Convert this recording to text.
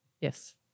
yes